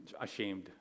ashamed